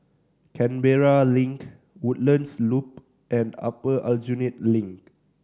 Canberra Link Woodlands Loop and Upper Aljunied Link